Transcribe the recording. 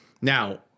Now